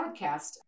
podcast